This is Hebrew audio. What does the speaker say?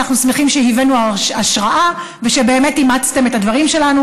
אנחנו שמחים שהבאנו השראה ושבאמת אימצתם את הדברים שלנו,